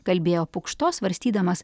kalbėjo pukšto svarstydamas